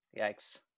Yikes